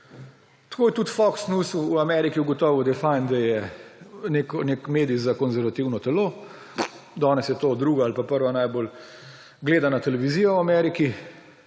Tako je tudi Fox News v Ameriki ugotovil, da je fajn, da je nek medij za konzervativno telo; danes je to druga ali pa prva najbolj gledana televizija v Ameriki.